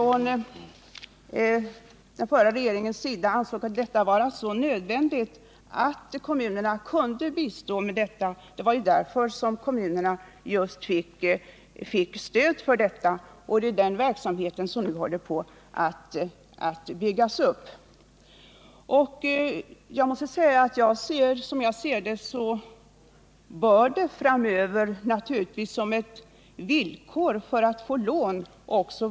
Den förra regeringen ansåg att det var så nödvändigt att kommunerna kunde bistå med detta att de fick stöd till det. Det är den verksamheten som nu håller på att byggas upp. Som jag ser det bör en besiktning i förväg framöver ställas som villkor för att få lån.